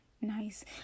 nice